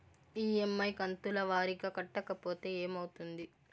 EMI కంతుల వారీగా కట్టకపోతే ఏమవుతుంది?